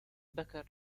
becker